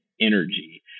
energy